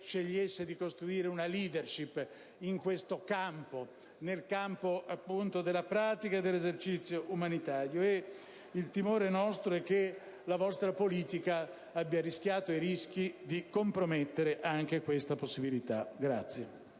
scegliesse di costruire una *leadership* in questo campo, nel campo appunto della pratica e dell'esercizio umanitario. Il nostro timore è che la vostra politica abbia rischiato e rischi di compromettere anche questa possibilità.